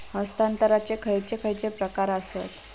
हस्तांतराचे खयचे खयचे प्रकार आसत?